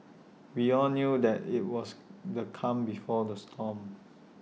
we all knew that IT was the calm before the storm